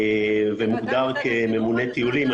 ומוגדר כממונה טיולים,